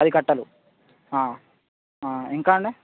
పది కట్టలు ఇంకా అండి